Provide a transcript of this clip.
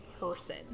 person